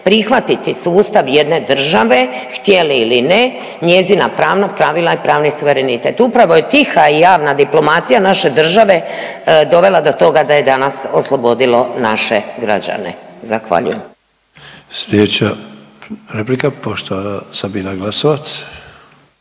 prihvatiti sustav jedne države htjeli ili ne, njezina pravna pravila i pravni suverenitet. Upravo je tiha i javna diplomacija naše države dovela do toga da je danas oslobodilo naše građane. Zahvaljujem. **Sanader, Ante (HDZ)** Sljedeća replika poštovana Sabina Glasovac.